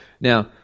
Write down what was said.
now